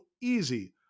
easy